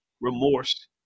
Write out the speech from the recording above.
remorse